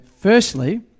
firstly